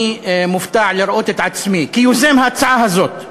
אני מופתע לראות את עצמי, כיוזם ההצעה הזאת,